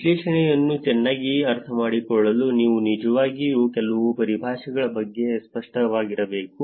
ವಿಶ್ಲೇಷಣೆಯನ್ನು ಚೆನ್ನಾಗಿ ಅರ್ಥಮಾಡಿಕೊಳ್ಳಲು ನೀವು ನಿಜವಾಗಿಯೂ ಕೆಲವು ಪರಿಭಾಷೆಗಳ ಬಗ್ಗೆ ಸ್ಪಷ್ಟವಾಗಿರಬೇಕು